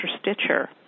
Stitcher